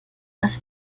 dass